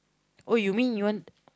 oh you mean you want